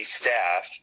staff